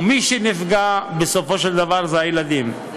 ומי שנפגע בסופו של דבר זה הילדים.